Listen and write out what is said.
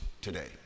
today